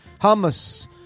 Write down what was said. hummus